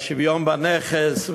והשוויון בנכס,